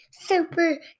super